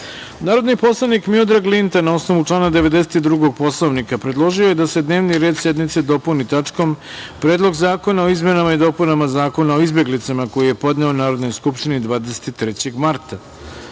Predlog. Narodni poslanik Miodrag Linta, na osnovu člana 92. Poslovnika Narodne skupštine, predložio je da se dnevni red sednice dopuni tačkom - Predlog zakona o izmenama i dopunama Zakona o izbeglicama, koji je podneo Narodnoj skupštini 23. marta